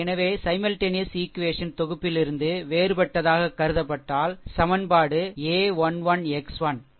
எனவே simultaneous equation simultaneous equation தொகுப்பிலிருந்து வேறுபட்டதாகக் கருதப்பட்டால் சமன்பாடு a 1 1 x 1